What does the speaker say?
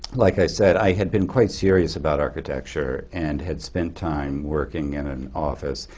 like i said, i had been quite serious about architecture, and had spent time working in an office.